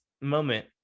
moment